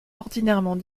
ordinairement